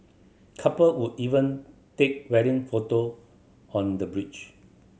couple would even take wedding photo on the bridge